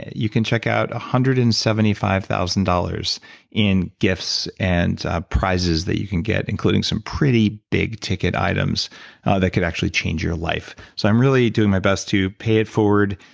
you can check out a one hundred and seventy five thousand dollars in gifts and prizes that you can get, including some pretty big ticket items that could actually change your life so i'm really doing my best to pay it forward.